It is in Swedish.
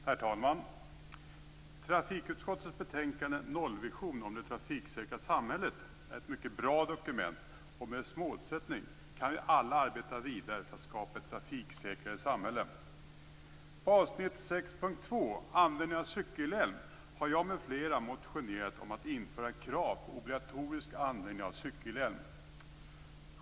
Herr talman! Trafikutskottets betänkande Nollvisionen och det trafiksäkra samhället är ett mycket bra dokument, och med dess målsättning kan vi alla arbeta vidare för att skapa ett trafiksäkrare samhälle. På avsnitt 6.2, Användning av cykelhjälm, har jag och flera andra motionerat om att införa krav på obligatorisk användning av cykelhjälm.